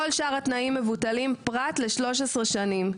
כל שאר התנאים מבוטלים פרט ל-13 שנים.